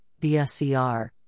DSCR